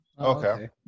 Okay